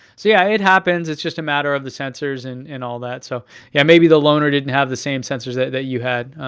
yeah it happens, it's just a matter of the sensors and and all that. so yeah maybe the loner didn't have the same sensors that that you had,